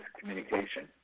communication